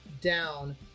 down